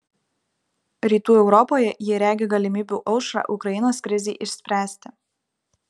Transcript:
rytų europoje ji regi galimybių aušrą ukrainos krizei išspręsti